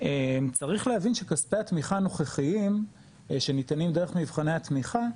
צריך להבין שכספי התמיכה הנוכחיים שניתנים דרך מבחני התמיכה,